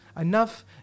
Enough